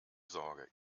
sorge